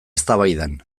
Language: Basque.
eztabaidan